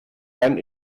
dein